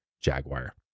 Jaguar